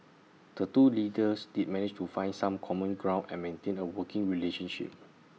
the two leaders did manage to find some common ground and maintain A working relationship